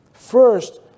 First